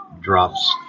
drops